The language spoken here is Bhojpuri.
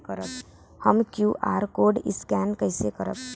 हम क्यू.आर कोड स्कैन कइसे करब?